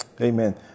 Amen